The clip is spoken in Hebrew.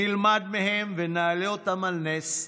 נלמד מהם ונעלה אותם על נס,